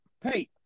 hey